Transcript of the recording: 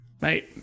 Mate